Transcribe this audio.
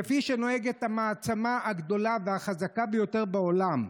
כפי שנוהגת המעצמה הגדולה והחזקה ביותר בעולם,